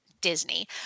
Disney